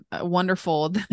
wonderful